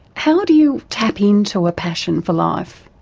how do you tap in to a passion for life?